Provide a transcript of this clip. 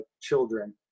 children